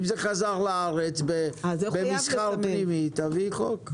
אם זה חזר לארץ במסחר פנימי, תביאי חוק.